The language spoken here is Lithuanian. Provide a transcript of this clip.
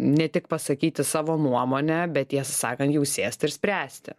ne tik pasakyti savo nuomonę bet tiesą sakant jau sėst ir spręsti